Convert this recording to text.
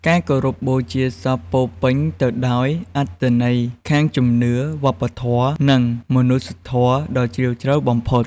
ការគោរពបូជាសពពោរពេញទៅដោយអត្ថន័យខាងជំនឿ វប្បធម៌ និងមនុស្សធម៌ដ៏ជ្រាលជ្រៅបំផុត។